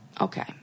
okay